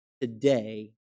Today